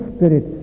Spirit